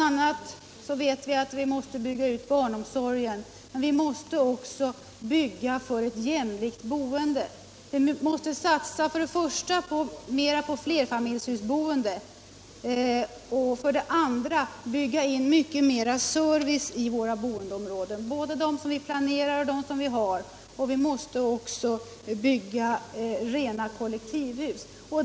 a. vet vi att barnomsorgen måste byggas ut, men vi behöver också bygga för ett jämlikt boende. Vi måste för det första satsa mera på flerfamiljsboende och för det andra bygga in mera service i våra boendeområden än f. n., både i dem som är planerade och i dem som redan finns, och vi måste för det tredje bygga rena kollektivhus.